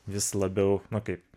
vis labiau kaip